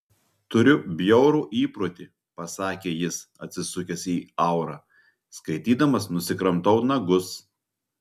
turiu bjaurų įprotį pasakė jis atsisukęs į aurą skaitydamas nusikramtau nagus